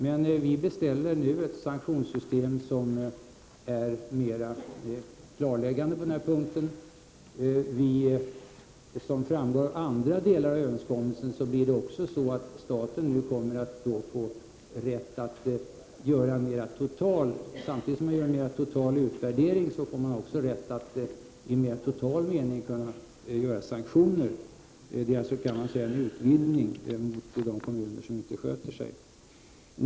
Men vi beställer nu ett sanktionssystem som är mera klarläggande på denna punkt. Som framgår av andra avsnitt i överenskommelsen kommer staten nu — samtidigt som man gör en mer fullständig utvärdering i mer total mening — att kunna genomföra sanktioner. Det är alltså en skärpning visavi de kommuner som inte sköter sig, så att säga.